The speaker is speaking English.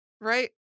Right